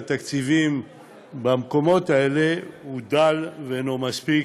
והתקציבים במקומות האלה הוא דל ואינו מספיק,